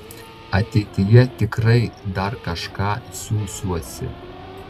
ateityje tikrai dar kažką siųsiuosi